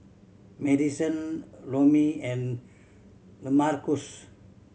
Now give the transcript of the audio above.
Madisen Romie and Lamarcus